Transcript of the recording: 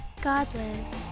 Godless